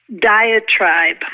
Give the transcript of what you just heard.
diatribe